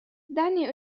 دعني